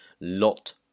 lot